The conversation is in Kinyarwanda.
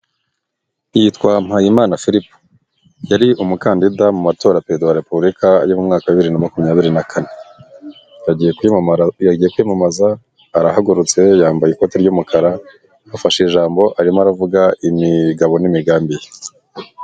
Yitwa Mpayimana philip, yari umukandida mu matora ya perezida wa repubulika yo mu mwaka wa bibiri na makumyabiri na kane, agiye yagiye kwiyamamaza arahagurutse yambaye ikoti ry'umukara, afashe ijambo arimo aravuga imigabo n'imigambi ye.